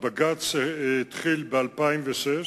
הבג"ץ התחיל ב-2006,